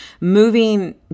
moving